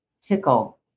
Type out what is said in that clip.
tickle